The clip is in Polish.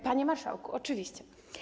Panie marszałku - oczywiście.